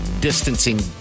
distancing